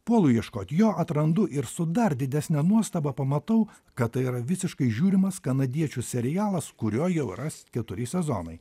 puolu ieškot jo atrandu ir su dar didesne nuostaba pamatau kad tai yra visiškai žiūrimas kanadiečių serialas kurio jau yra keturi sezonai